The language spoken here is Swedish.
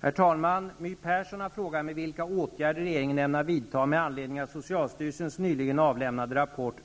Herr talman! My Persson har frågat mig vilka åtgärder regeringen ämnar vidta med anledning av socialstyrelsens nyligen avlämnade rapport